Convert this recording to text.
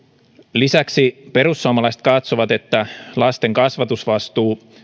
lisäksi perussuomalaiset katsovat että lasten kasvatusvastuu